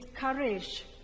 courage